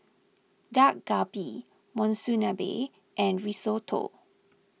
Dak Galbi Monsunabe and Risotto